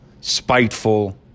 spiteful